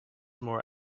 more